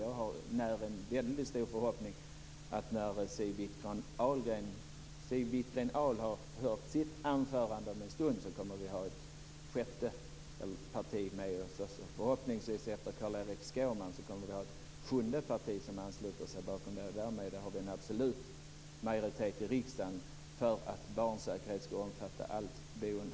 Jag när en väldigt stor förhoppning att när Siw Wittgren-Ahl har hållit sitt anförande om en stund kommer vi att ha ett sjätte parti med oss också. Och efter Carl-Erik Skårman kommer vi förhoppningsvis att ha ett sjunde parti som ansluter sig till det här. Därmed har vi en absolut majoritet i riksdagen för att barnsäkerhet ska omfatta allt boende.